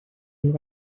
and